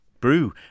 Brew